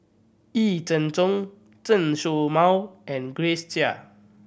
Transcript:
Yee Jenn Jong Chen Show Mao and Grace Chia